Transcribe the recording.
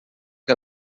que